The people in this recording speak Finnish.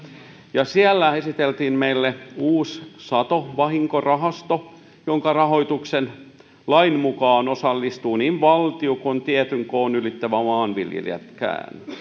ja siellä esiteltiin meille uusi satovahinkorahasto jonka rahoitukseen lain mukaan osallistuvat niin valtio kuin tietyn koon ylittävät maanviljelijätkin